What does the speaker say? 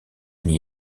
n’y